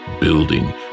Building